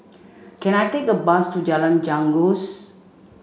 can I take a bus to Jalan Janggus